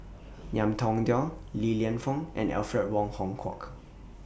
Ngiam Tong Dow Li Lienfung and Alfred Wong Hong Kwok